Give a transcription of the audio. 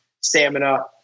stamina